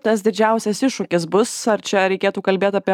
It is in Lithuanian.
tas didžiausias iššūkis bus ar čia reikėtų kalbėt apie